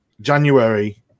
january